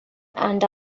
and